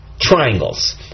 triangles